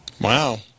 Wow